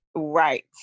Right